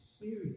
serious